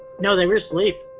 now they were asleep